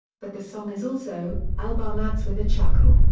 but the song is also, albarn adds with a chuckle,